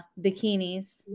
bikinis